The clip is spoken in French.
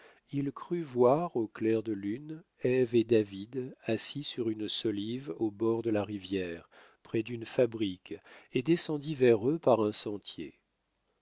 il crut voir au clair de lune ève et david assis sur une solive au bord de la rivière près d'une fabrique et descendit vers eux par un sentier